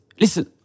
listen